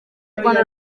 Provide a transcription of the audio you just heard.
rwanda